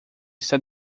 está